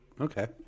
Okay